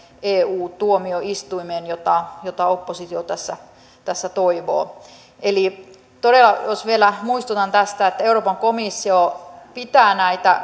eu tuomioistuimeen mitä oppositio tässä toivoo eli todella jos vielä muistutan tästä euroopan komissio pitää näitä